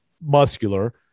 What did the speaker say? muscular